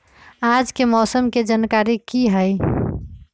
आज के मौसम के जानकारी कि हई?